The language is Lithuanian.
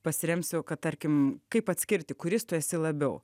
pasiremsiu kad tarkim kaip atskirti kuris tu esi labiau